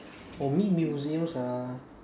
for me museums are